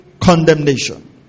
condemnation